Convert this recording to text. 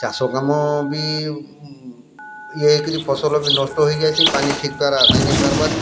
ଚାଷ କାମ ବି ଏକ ରେ ଫସଲ ବି ନଷ୍ଟ ହେଇ ଯାଏସି ପାନି ଠିକ୍ ଦ୍ଵାରା ନାଇଁ ହେଇପାର୍ବାରୁ